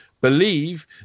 believe